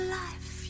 life